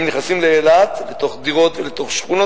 הם נכנסים לאילת לתוך דירות ולתוך שכונות,